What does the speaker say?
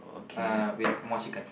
uh with more chicken